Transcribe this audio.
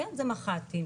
זה מחט"ים,